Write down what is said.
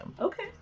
Okay